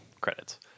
credits